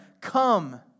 Come